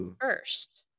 first